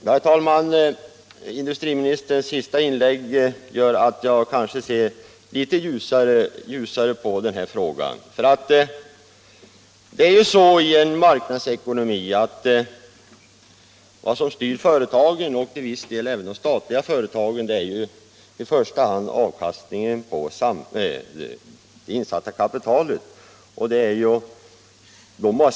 Herr talman! Industriministerns senaste inlägg gör att jag kanske ser litet ljusare på den här frågan. Det är ju så i en marknadsekonomi att vad som styr företag, till viss del även statliga företag, är i första hand avkastningen på det insatta kapitalet.